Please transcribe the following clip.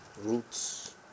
roots